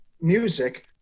music